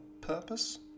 purpose